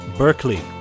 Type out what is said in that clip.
Berkeley